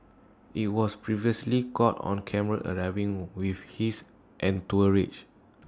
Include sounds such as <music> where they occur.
he was previously caught on camera arriving <unintelligible> with his entourage